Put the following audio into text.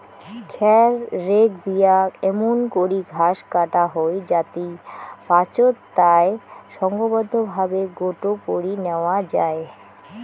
খ্যার রেক দিয়া এমুন করি ঘাস কাটা হই যাতি পাচোত তায় সংঘবদ্ধভাবে গোটো করি ন্যাওয়া যাই